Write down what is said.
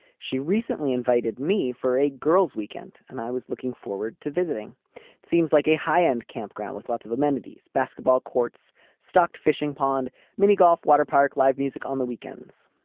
she recently invited me for a girls weekend and i was looking forward to visiting seems like a high end campground with lots of amenities basketball courts stocked fishing pond mini golf waterpark live music on the weekends.